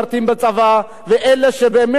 ואלה שבאמת נושאים את הדגל,